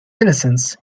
innocence